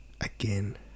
again